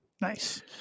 Nice